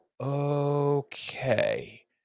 okay